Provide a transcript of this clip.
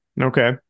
Okay